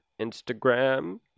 Instagram